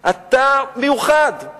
אתה מיוחד.